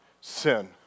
sin